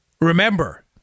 Remember